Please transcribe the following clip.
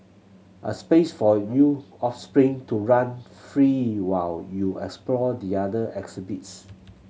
a space for you offspring to run free while you explore the other exhibits